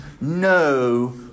no